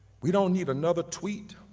we don't need another tweet,